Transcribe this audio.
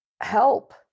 help